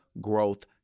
growth